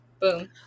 boom